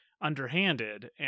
underhanded